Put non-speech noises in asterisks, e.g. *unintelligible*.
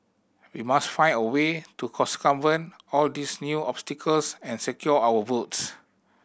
we must find a way to *unintelligible* all these new obstacles and secure our votes